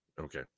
Okay